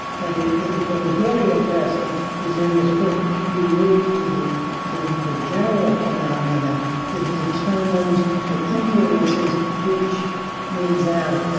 but what what is really interesting is, in this book, you move to the to the more general phenomena that determines the influences which wins out,